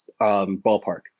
ballpark